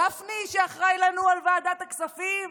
גפני, שאחראי לנו על ועדת הכספים,